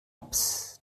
psst